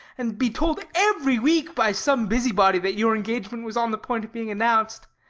and be told every week by some busybody that your engagement was on the point of being announced.